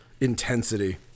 intensity